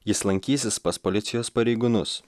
jis lankysis pas policijos pareigūnus